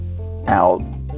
out